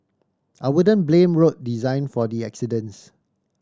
I wouldn't blame road design for the accidents